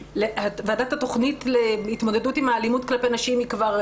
ועדת התוכנית להתמודדות עם אלימות כלפי נשים היא כבר,